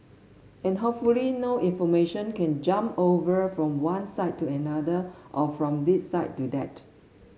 and hopefully no information can jump over from one side to another or from this side to that